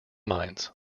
mines